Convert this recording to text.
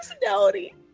personality